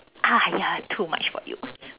ah ya too much for you